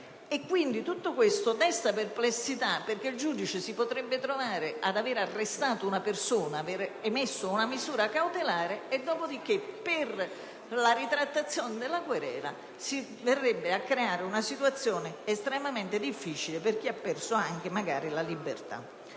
tutto questo desta perplessità, perché il giudice potrebbe aver arrestato una persona ed emesso una misura cautelare e in seguito, per la ritrattazione della querela, si verrebbe a creare una situazione estremamente difficile per chi ‑ magari ‑ ha perso anche la libertà.